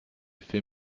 fait